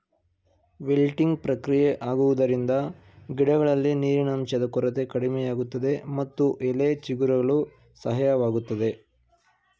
wilting ಪ್ರಕ್ರಿಯೆ ಆಗುವುದರಿಂದ ಗಿಡಗಳಲ್ಲಿ ನೀರಿನಂಶದ ಕೊರತೆ ಕಡಿಮೆಯಾಗುತ್ತದೆ ಮತ್ತು ಎಲೆ ಚಿಗುರಲು ಸಹಾಯವಾಗುತ್ತದೆ